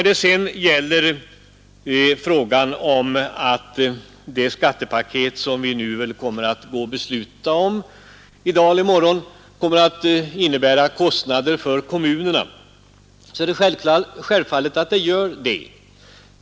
Det är självklart att det skattepaket som vi kommer att besluta om i dag eller i morgon kommer att innebära kostnader för kommunerna.